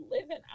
living